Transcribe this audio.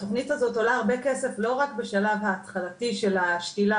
התוכנית הזאת עולה הרבה כסף לא רק בשלב ההתחלתי של השתילה,